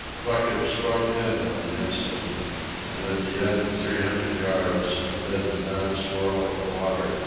buck had sprung in on the instant and at the end of three hundred yards, amid a mad swirl of water,